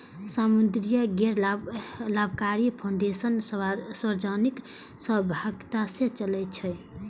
सामुदायिक गैर लाभकारी फाउंडेशन सार्वजनिक सहभागिता सं चलै छै